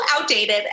outdated